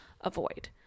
avoid